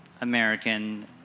American